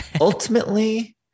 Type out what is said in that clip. Ultimately